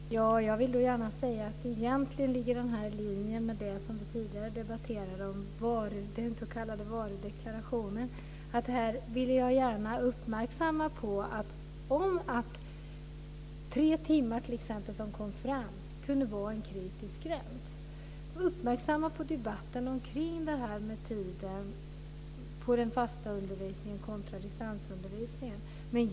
Herr talman! Jag vill gärna säga att egentligen ligger det här i linje med det som vi tidigare debatterade om den s.k. varudeklarationen. Det här vill jag gärna uppmärksamma. Om tre timmar, som var det som kom fram, kunde vara en kritisk gräns så vill jag uppmärksamma den debatten. Jag vill också uppmärksamma debatten omkring det här med tiden för den fasta undervisningen kontra distansutbildning.